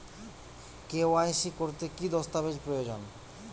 KYC করতে কি দস্তাবেজ প্রয়োজন?